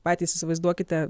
patys įsivaizduokite